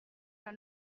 d’un